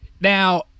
Now